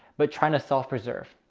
but trying to solve, preserve.